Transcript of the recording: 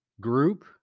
group